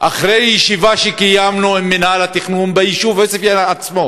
אחרי ישיבה שקיימנו עם מינהל התכנון ביישוב עוספיא עצמו.